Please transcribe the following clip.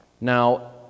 Now